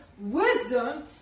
wisdom